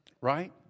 Right